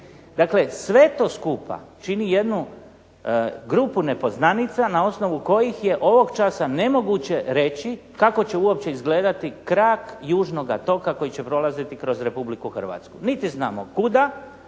Dakle, sve to skupa čini jednu grupu nepoznanica na osnovu kojih je ovog časa nemoguće reći kako će uopće izgledati krak južnoga toka koji će prolaziti kroz Republiku Hrvatsku. Niti znamo kuda,